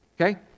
okay